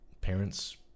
parents